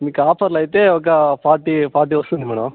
మీకు ఆఫర్లో అయితే ఓక ఫార్టీ ఫార్టీ వస్తుంది మేడమ్